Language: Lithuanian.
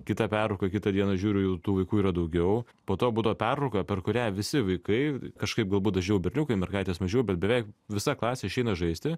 kitą perauką kitą dieną žiūriu jau tų vaikų yra daugiau po to būdavo perrauka per kurią visi vaikai kažkaip galbūt dažniau berniukai mergaitės mažiau bet beveik visa klasė išeina žaisti